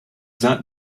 that